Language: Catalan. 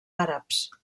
àrabs